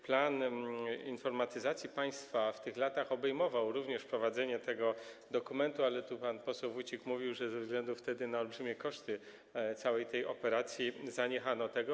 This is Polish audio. Plan informatyzacji państwa w tych latach obejmował również wprowadzenie tego dokumentu, ale tu pan poseł Wójcik mówił, że wtedy ze względu na olbrzymie koszty całej tej operacji zaniechano tego.